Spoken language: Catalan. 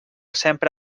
sempre